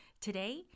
Today